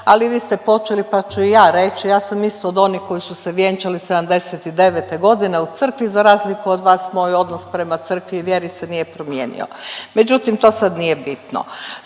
ali vi ste počeli pa ću i ja reći. Ja sam isto od onih koji su se vjenčali '79.g. u Crkvi za razliku od vas moj odnos prema Crkvi i vjeri se nije promijenio. Međutim, to sad nije bitno.